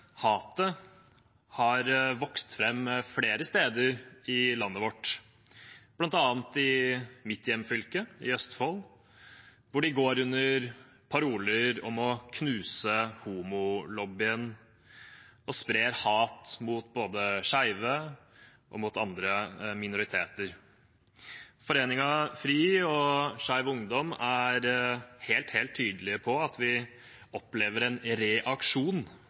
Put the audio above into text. hatet har vokst fram flere steder i landet vårt, bl.a. i min hjemregion, Østfold, hvor de går under paroler om å knuse homolobbyen, og sprer hat mot både skeive og andre minoriteter. Foreningen FRI og Skeiv Ungdom er helt tydelige på at vi opplever en reaksjon